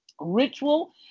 ritual